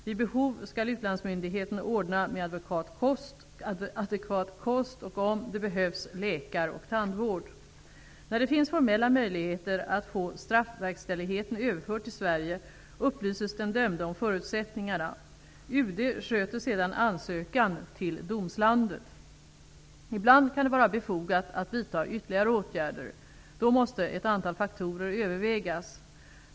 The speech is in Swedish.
Vid behov skall utlandsmyndigheten ordna med adekvat kost och, om det behövs, läkar och tandvård. När det finns formella möjligheter att få straffverkställigheten överförd till Sverige, upplyses den dömde om förutsättningarna. UD sköter sedan ansökan till domslandet. Ibland kan det vara befogat att vidta ytterligare åtgärder. Då måste ett antal faktorer övervägas.